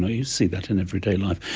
know, you see that in everyday life.